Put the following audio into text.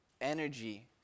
energy